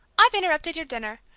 i've interrupted your dinner!